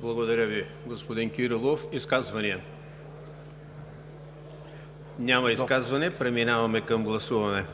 Благодаря Ви, господин Кирилов. Изказвания? Няма. Преминаваме към гласуване.